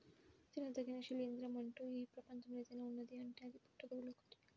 తినదగిన శిలీంద్రం అంటూ ఈ ప్రపంచంలో ఏదైనా ఉన్నదీ అంటే అది పుట్టగొడుగులు ఒక్కటే